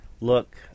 look